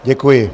Děkuji.